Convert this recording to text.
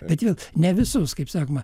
bet vėl ne visus kaip sakoma